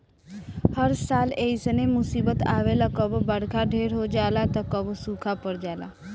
हर साल ऐइसने मुसीबत आवेला कबो बरखा ढेर हो जाला त कबो सूखा पड़ जाला